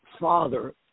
father